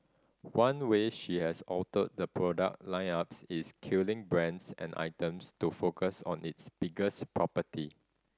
one way she has altered the product line ups is killing brands and items to focus on its biggest property